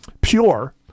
pure